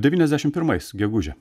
devyniasdešim pirmais gegužę